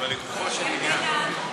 אבל לגופו של עניין.